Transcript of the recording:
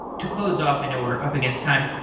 to close off, i know we're up against time,